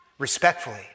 respectfully